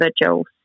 individuals